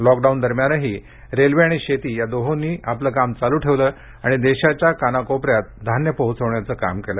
lockdown दरम्यानही railway आणि शेती या दोहोंनी आपले काम चालू ठेवले आणि देशाच्या कानाकोप यात धान्य पोहोचविण्याचं काम केलं